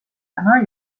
täna